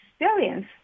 experience